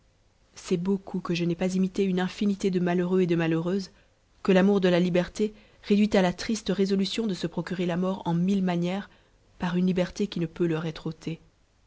c'est beaucoup que je n'aie pas imité une infinité de malheureux et de malheureuses que l'amour de la liberté réduit à la triste résolution de se procurer la mort en mille manières par uue liberté qui ne peut leur être ôtée